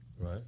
right